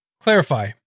clarify